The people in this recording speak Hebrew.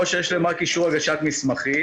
או שיש להם רק אישור הגשת מסמכים,